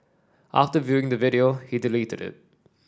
after viewing the video he deleted it